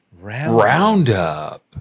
roundup